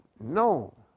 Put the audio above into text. No